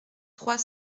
trois